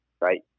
right